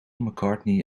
mccartney